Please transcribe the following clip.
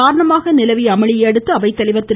காரணமாக நிலவிய அமளியை அடுத்து அவைத்தலைவர் இதன் திரு